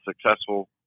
successful